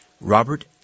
Robert